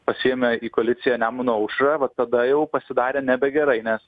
pasiėmė į koaliciją nemuno aušrą va tada jau pasidarė nebegerai nes